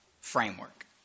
framework